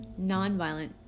nonviolent